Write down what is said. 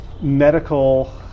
medical